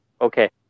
Okay